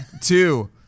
two